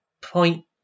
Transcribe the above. point